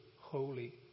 holy